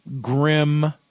grim